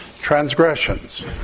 transgressions